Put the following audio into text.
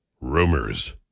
rumors